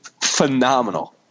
phenomenal